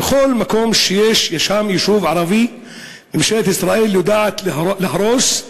בכל מקום שיש שם יישוב ערבי ממשלת ישראל יודעת להרוס,